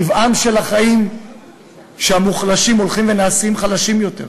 טבעם של החיים שהמוחלשים הולכים ונעשים חלשים יותר,